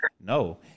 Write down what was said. No